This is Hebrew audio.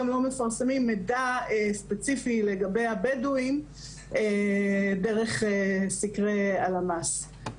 גם לא מפרסמים מידע ספציפי לגבי הבדואים דרך סקרי הלמ"ס.